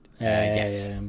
Yes